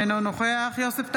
אינו נוכח יוסף טייב,